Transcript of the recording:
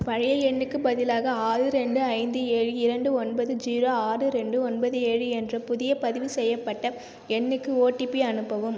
பழைய எண்ணுக்குப் பதிலாக ஆறு ரெண்டு ஐந்து ஏழு இரண்டு ஒன்பது ஜீரோ ஆறு ரெண்டு ஒன்பது ஏழு என்ற புதிய பதிவுசெய்யப்பட்ட எண்ணுக்கு ஒடிபி அனுப்பவும்